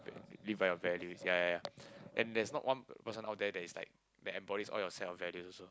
live by your values ya ya and there's not one person out there that is like that embodies all your set of values also